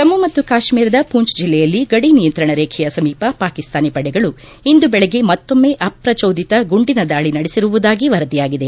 ಜಮ್ನು ಮತ್ತು ಕಾಶ್ಮೀರದ ಪೂಂಜ್ ಜಿಲ್ಲೆಯಲ್ಲಿ ಗಡಿ ನಿಯಂತ್ರಣ ರೇಖೆಯ ಸಮೀಪ ಪಾಕಿಸ್ತಾನಿ ಪಡೆಗಳು ಇಂದು ಬೆಳಗ್ಗೆ ಮತ್ತೊಮ್ನೆ ಅಪ್ರಜೋದಿತ ಗುಂಡಿನ ದಾಳಿ ನಡೆಸಿರುವುದಾಗಿ ವರದಿಯಾಗಿದೆ